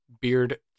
beard